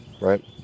right